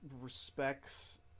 respects